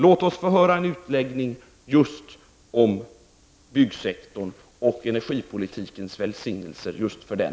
Låt oss få höra en utläggning just om byggsektorn och energipolitikens välsignelser just för den!